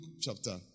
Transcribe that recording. chapter